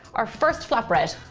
our first flatbread.